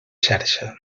xarxa